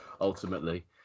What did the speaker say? ultimately